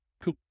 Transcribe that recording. Cool